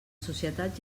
societat